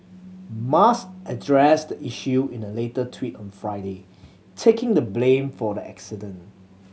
musk addressed the issue in a later tweet on Friday taking the blame for the accident